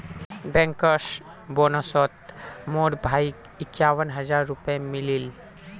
bankers बोनसोत मोर भाईक इक्यावन हज़ार रुपया मिलील